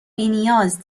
بینیاز